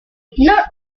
not